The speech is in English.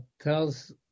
tells